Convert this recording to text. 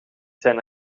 zijn